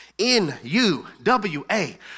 N-U-W-A